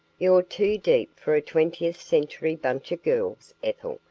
you're too deep for a twentieth century bunch of girls, ethel,